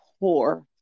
poor